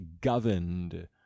governed